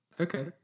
Okay